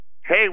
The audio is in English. hey